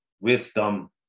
wisdom